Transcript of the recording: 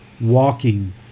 walking